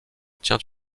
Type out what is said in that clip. tient